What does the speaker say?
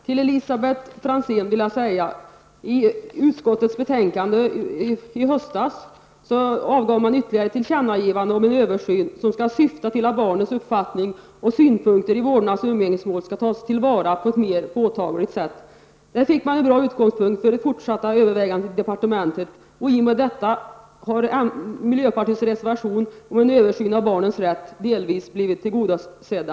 Till Elisabet Franzén vill jag säga att man i utskottets betänkande från i höstas ville avge ytterligare ett tillkännagivande om en översyn som skall syfta till att barnens uppfattning och synpunkter i vårdnads och umgängesmål skall tas till vara på ett mer påtagligt sätt. Där fick man en bra utgångspunkt för fortsatta överväganden i departementet. I och med detta har kravet i miljöpartiets reservation på en översyn av barnens rätt delvis blivit tillgodosett.